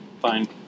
Fine